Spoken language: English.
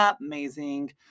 amazing